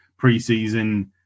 preseason